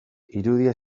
irudia